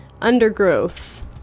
undergrowth